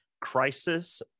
Crisis